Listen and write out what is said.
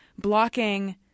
blocking